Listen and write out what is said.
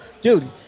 dude